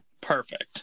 Perfect